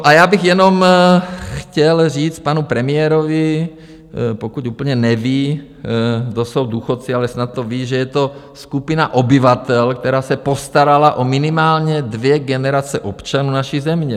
A já bych jenom chtěl říct panu premiérovi, pokud úplně neví, kdo jsou důchodci ale snad to ví, že je to skupina obyvatel, která se postarala o minimálně dvě generace občanů naší země.